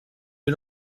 you